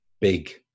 big